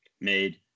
made